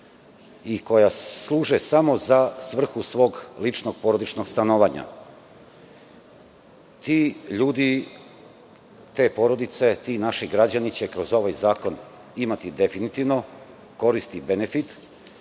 i koja služe samo za svrhu svog ličnog, porodičnog stanovanja. Ti ljudi, te porodice, ti naši građani će kroz ovaj zakon imati definitivno koristi i benefit.